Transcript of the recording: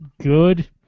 good